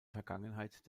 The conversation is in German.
vergangenheit